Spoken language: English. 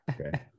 Okay